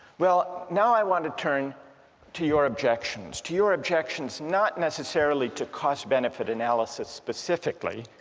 well now i want to turn to your objections, to your objections not necessarily to cost benefit analysis specifically,